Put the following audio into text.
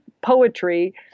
poetry